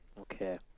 Okay